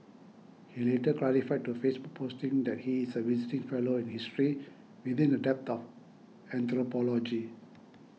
he later clarified to a Facebook posting that he is a visiting fellow in history within the dept of anthropology